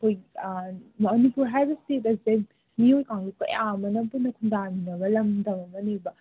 ꯑꯩꯈꯣꯏ ꯃꯅꯤꯄꯨꯔ ꯍꯥꯏꯕ ꯏꯁꯇꯦꯠ ꯑꯁꯦ ꯃꯤꯑꯣꯏ ꯀꯥꯡꯂꯨꯞ ꯀꯌꯥ ꯑꯃꯅ ꯄꯨꯟꯅ ꯈꯨꯟꯗꯥꯃꯤꯟꯅꯕ ꯂꯝꯗꯝ ꯑꯃꯅꯦꯕ